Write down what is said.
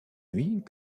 nuits